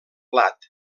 plat